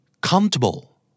Comfortable